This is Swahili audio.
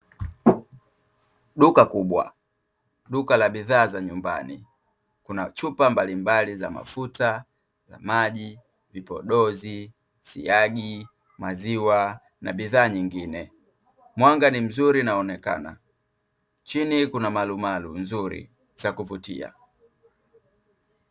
Duka kubwa, duka la bidhaa za nyumbani, kuna chupa mbalimbali za mafuta, za maji, vipodozi, siagi, maziwa, na bidhaa nyingine. Mwanga ni mzuri unaonekana, chini kuna malumalu nzuri za kuvutia.